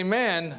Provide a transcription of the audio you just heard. man